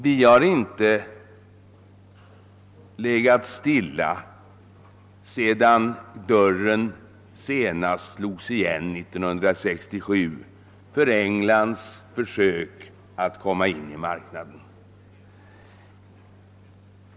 Vi har inte legat stilla sedan dörren senast slog igen år 1967 för Englands försök att komma in i marknaden.